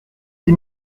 dix